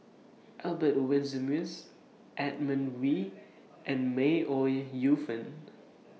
Albert Winsemius Edmund Wee and May Ooi Yu Fen